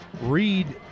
Reed